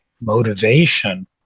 motivation